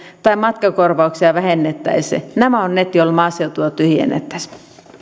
tai matkakorvauksia vähennettäisiin nämä ovat ne joilla maaseutua tyhjennettäisiin